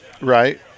right